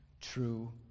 true